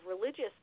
religious